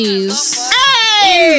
Hey